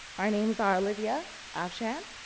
our name's are olivia, afshan,